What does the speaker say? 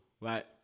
right